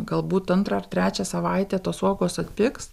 galbūt antrą ar trečią savaitę tos uogos atpigs